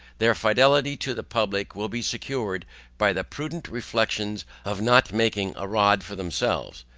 their fidelity to the public will be secured by the prudent reflexion of not making a rod for themselves.